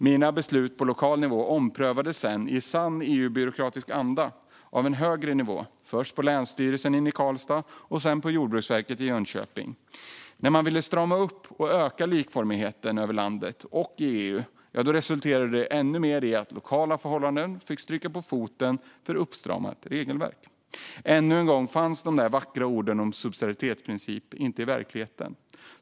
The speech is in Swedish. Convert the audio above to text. Mina beslut på lokal nivå omprövades sedan, i sann EU-byråkratisk anda, av en högre nivå, först på länsstyrelsen i Karlstad och sedan på Jordbruksverket i Jönköping. När man ville strama upp och öka likformigheten över landet och i EU resulterade det ännu mer i att lokala förhållanden fick stryka på foten för ett uppstramat regelverk. Ännu en gång fanns de vackra orden om subsidiaritetsprincipen inte i verkligheten.